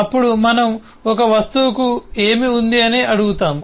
అప్పుడు మనం ఒక వస్తువుకు ఏమి ఉంది అని అడుగుతాము